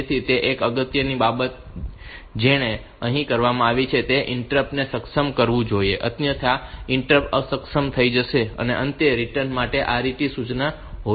તેથી એક અગત્યની બાબત જે તેણે અહીં કરવી જોઈએ તે ઈન્ટરપ્ટ ને સક્ષમ કરવું જોઈએ અન્યથા ઈન્ટરપ્ટ અક્ષમ થઈ જશે અને અંતે રિટર્ન માટે RET સૂચના હોવી જોઈએ